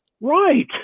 right